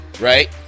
Right